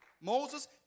Moses